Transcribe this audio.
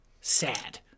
sad